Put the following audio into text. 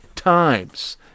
times